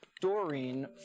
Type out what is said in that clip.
Doreen